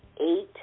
eight